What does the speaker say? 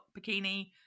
Bikini